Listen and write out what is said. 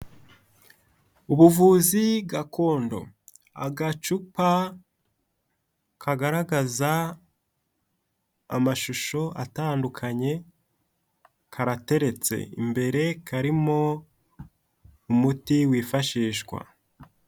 Ubuvuzi gakondo agacupa kagaragaza amashusho atandukanye karateretse imbere karimo umuti wifashishwa.